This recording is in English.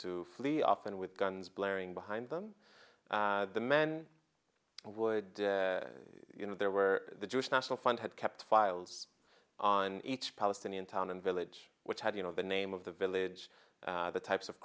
to flee often with guns blaring behind them the men would you know there where the jewish national fund had kept files on each palestinian town and village which had you know the name of the village the types of